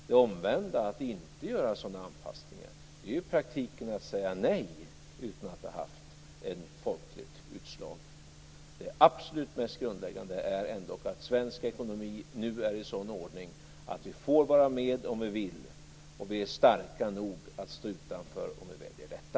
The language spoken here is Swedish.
Det omvända, att inte göra sådana anpassningar, är ju i praktiken att säga nej utan att ha fått ett folkligt utslag. Det absolut mest grundläggande är ändock att svensk ekonomi nu är i sådan ordning att vi får vara med, om vi vill, och att vi är starka nog att stå utanför, om vi väljer detta.